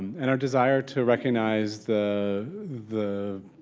and our desire to recognize the the